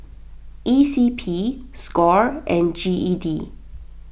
E C P Score and G E D